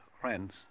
friends